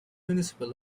municipal